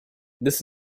this